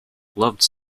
loves